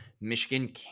Michigan